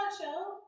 show